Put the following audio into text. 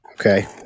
Okay